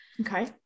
Okay